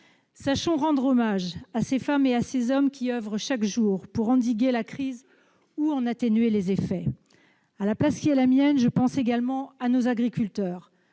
Sachons rendre hommage à ces femmes et ces hommes qui oeuvrent, chaque jour, pour endiguer la crise ou en atténuer les effets. À la place qui est la mienne, je pense également à nos agriculteurs,